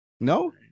No